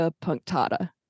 punctata